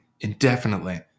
indefinitely